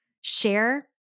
share